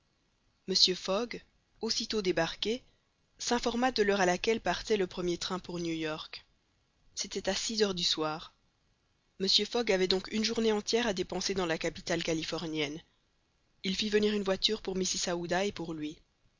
mr fogg aussitôt débarqué s'informa de l'heure à laquelle partait le premier train pour new york c'était à six heures du soir mr fogg avait donc une journée entière à dépenser dans la capitale californienne il fit venir une voiture pour mrs aouda et pour lui